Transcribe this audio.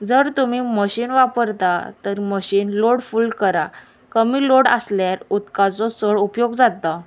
जर तुमी मशीन वापरता तर मशीन लोडफूल करा कमी लोड आसल्यार उदकाचो चड उपयोग जाता